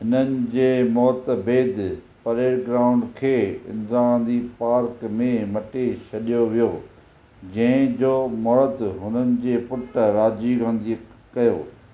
हुननि जे मौत बैदि परेड ग्राउंड खे इंदिरा गांधी पार्क में मटे छडि॒यो वियो जंहिं जो महूरतु हुननि जे पुटु राजीव गांधी कयो